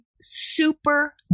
super